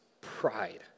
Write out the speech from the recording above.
pride